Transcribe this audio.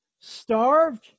starved